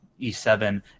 E7